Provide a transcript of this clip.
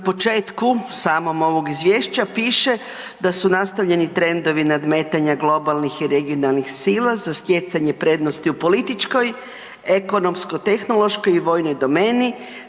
Na početku samom, ovog Izvješća piše da su nastavljeni trendovi nadmetanja globalnih i regionalnih sila za stjecanje prednosti u političkoj, ekonomsko-tehnološkoj i vojnoj domeni,